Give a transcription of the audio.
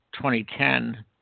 2010